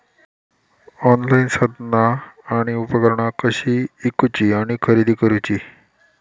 Online साधना आणि उपकरणा कशी ईकूची आणि खरेदी करुची?